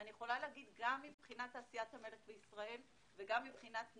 אני יכולה להגיד מבחינת תעשיית המלט בישראל ומבחינת נשר,